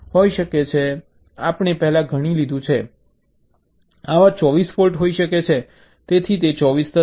આપણે પહેલા ગણી લીધું છે કે આવા 24 ફૉલ્ટ હોઈ શકે છે જેથી તે 24 થશે